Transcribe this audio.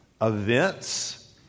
Events